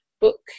book